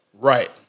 Right